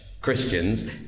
Christians